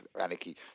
anarchy